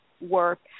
work